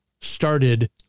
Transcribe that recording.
started